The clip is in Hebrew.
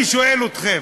אני שואל אתכם,